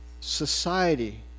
society